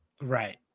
Right